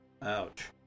ouch